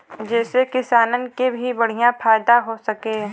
जेसे किसानन के भी बढ़िया फायदा हो सके